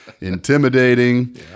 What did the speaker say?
intimidating